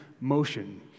motion